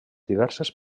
diverses